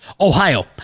Ohio